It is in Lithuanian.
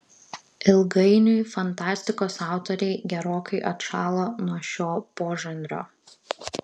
ilgainiui fantastikos autoriai gerokai atšalo nuo šio požanrio